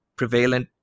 prevalent